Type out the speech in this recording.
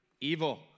evil